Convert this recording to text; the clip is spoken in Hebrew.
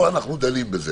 פה אנחנו דנים בזה.